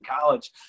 college